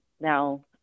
now